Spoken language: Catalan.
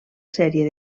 sèrie